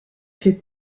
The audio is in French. fait